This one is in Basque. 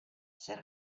zer